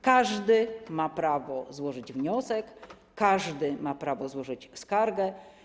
Każdy ma prawo złożyć wniosek, każdy ma prawo złożyć skargę.